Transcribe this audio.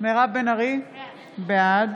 מירב בן ארי, בעד